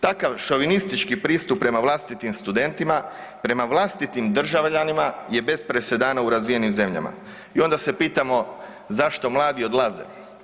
Takav šovinistički pristup prema vlastitim studentima, prema vlastitim državljanima je bez presedana u razvijenim zemljama i onda se pitamo zašto mladi odlaze.